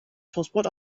toastbrot